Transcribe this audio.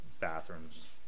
bathrooms